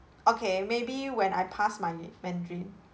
okay maybe when I passed my mandarin